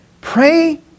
Pray